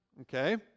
okay